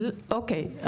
אוקיי,